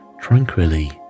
tranquilly